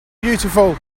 beautiful